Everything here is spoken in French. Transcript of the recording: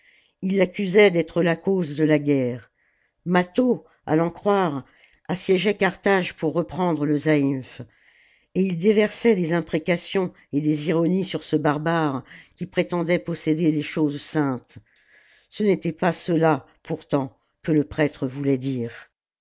ii l'accusait d'être la cause de la guerre mâtho à l'en croire assiégeait carthage pour reprendre le zaïmph et il déversait des imprécations et des ironies sur ce barbare qui prétendait posséder des choses saintes ce n'était pas cela pourtant que le prêtre voulait dire